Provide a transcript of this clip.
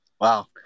Wow